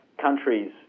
countries